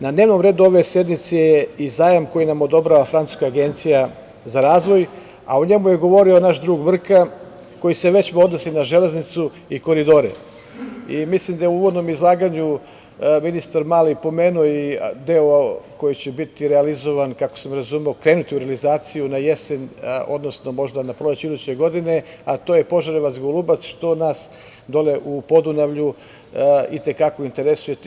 Na dnevnom redu sednice je i zajam koji nam odobrava Francuska agencija za razvoj, a o njemu je govorio naš drug Mrka, koji se odnosi na železnicu i koridore i mislim da je u uvodnom izlaganju ministar Mali pomenuo i deo koji će, kako sam razumeo, krenuti u realizaciju na jesen, odnosno, možda na proleće iduće godine, a to je Požarevac-Golubac, što nas dole u Podunavlju i te kako interesuje.